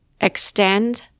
extend